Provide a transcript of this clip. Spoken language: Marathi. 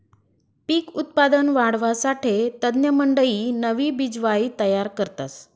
पिक उत्पादन वाढावासाठे तज्ञमंडयी नवी बिजवाई तयार करतस